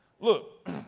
Look